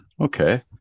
Okay